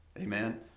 amen